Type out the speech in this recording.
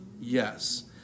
yes